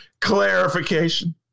clarification